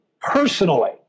personally